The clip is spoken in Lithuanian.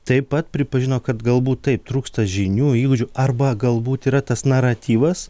taip pat pripažino kad galbūt taip trūksta žinių įgūdžių arba galbūt yra tas naratyvas